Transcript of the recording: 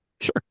Sure